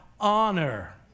honor